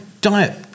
diet